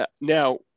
Now